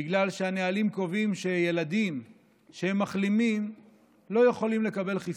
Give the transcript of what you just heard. בגלל שהנהלים קובעים שילדים שהם מחלימים לא יכולים לקבל חיסון.